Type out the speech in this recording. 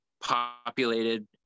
populated